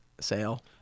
sale